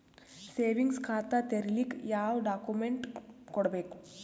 Savings ಖಾತಾ ತೇರಿಲಿಕ ಯಾವ ಡಾಕ್ಯುಮೆಂಟ್ ಕೊಡಬೇಕು?